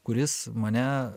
kuris mane